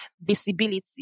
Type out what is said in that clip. visibility